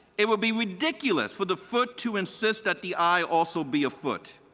it would be ridiculous for the foot to insist that the eye also be a foot.